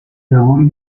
lavori